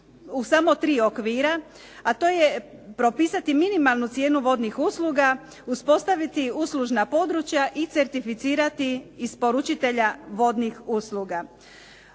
u samo 3 okvira, a to je propisati minimalnu cijenu vodnih usluga, uspostaviti uslužna područja i certificirati isporučitelja vodnih usluga.